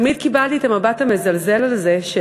תמיד קיבלתי את המבט המזלזל הזה של,